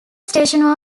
station